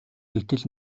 гэтэл